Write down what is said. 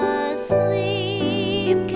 asleep